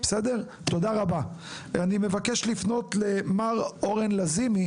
אני מבקש לפנות למר אורן לזימי